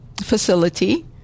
facility